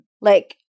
Like-